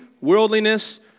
worldliness